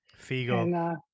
Figo